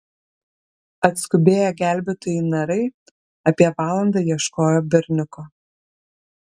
atskubėję gelbėtojai narai apie valandą ieškojo berniuko